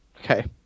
Okay